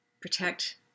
protect